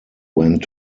went